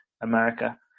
America